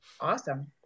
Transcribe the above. Awesome